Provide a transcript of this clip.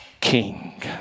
King